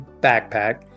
backpack